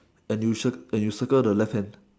and you cir~ and you circle the left hand